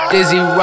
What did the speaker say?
Dizzy